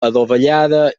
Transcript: adovellada